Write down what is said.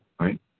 right